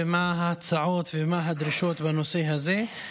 מה ההצעות ומה הדרישות בנושא הזה.